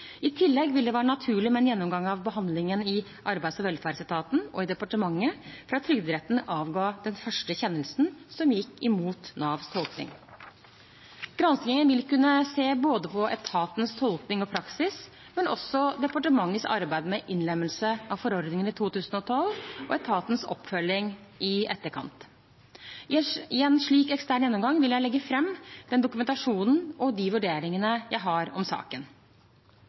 I tillegg vil det være naturlig med en gjennomgang av behandlingen i arbeids- og velferdsetaten og i departementet fra Trygderetten avga den første kjennelsen som gikk imot Navs tolkning. Granskingen vil kunne se både på etatens tolkning og praksis og på departementets arbeid med innlemmelsen av forordningen i 2012 og etatens oppfølging i etterkant. I en slik ekstern gjennomgang vil jeg legge fram den dokumentasjonen og de vurderingene jeg har om saken.